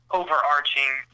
overarching